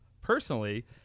personally